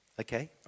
okay